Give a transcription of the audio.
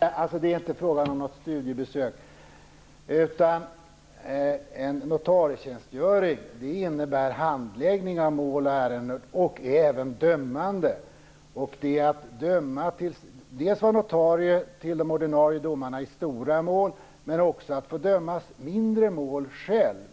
Herr talman! Det är inte fråga om något studiebesök. En notarietjänstgöring innebär handläggning av mål och ärenden och även dömande. Det är fråga om att vara notarie till de ordinarie domarna i stora mål men också att få döma mindre mål själv.